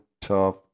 tough